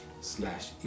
slash